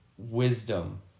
wisdom